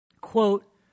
Quote